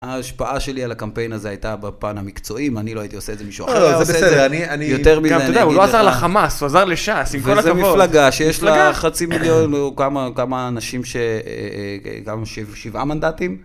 ההשפעה שלי על הקמפיין הזה הייתה בפן המקצועים, אני לא הייתי עושה את זה מישהו אחר. לא, זה בסדר. אני, אני, גם אתה יודע הוא לא עזר לחמאס הוא עזר לשס, עם כל הכבוד. וזו מפלגה שיש לה חצי מיליון או כמה, כמה אנשים או כמה שבעה מנדטים.